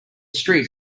street